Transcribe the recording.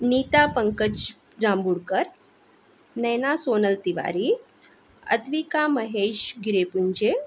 Nita Pankaj Jambudkar Naina Sonal Tiwari Advika Mahesh Girepunje